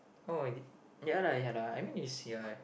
oh ya lah ya lah I mean is ya